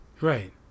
Right